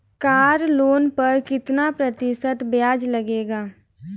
Car loan पर कितना प्रतिशत ब्याज लगेगा?